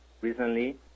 recently